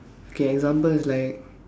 K example is like